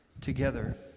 together